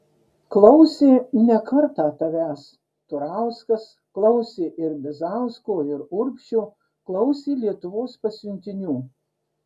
klausė ne kartą savęs turauskas klausė ir bizausko ir urbšio klausė lietuvos pasiuntinių